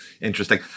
interesting